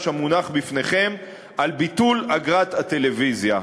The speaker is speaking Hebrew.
המונח בפניכם על ביטול אגרת הטלוויזיה.